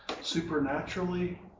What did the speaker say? supernaturally